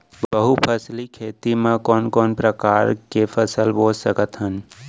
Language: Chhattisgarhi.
बहुफसली खेती मा कोन कोन प्रकार के फसल बो सकत हन?